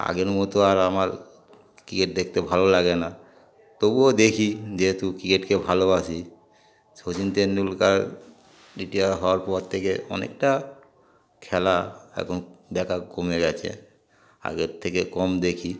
আগের মতো আর আমার ক্রিকেট দেখতে ভালো লাগে না তবুও দেখি যেহেতু ক্রিকেটকে ভালোবাসি শচিন তেন্ডুলকার রিটায়ার হওয়ার পর থেকে অনেকটা খেলা এখন দেখা কমে গেছে আগের থেকে কম দেখি